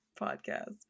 Podcast